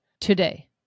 today